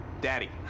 Daddy